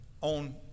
on